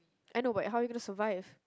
I know but how you gonna survive